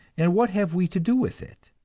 and what have we to do with it?